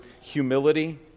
humility